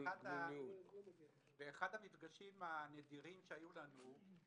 באחד המפגשים הנדירים שהיו לנו,